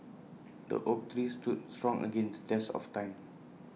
the oak tree stood strong against test of time